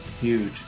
huge